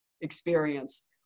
experience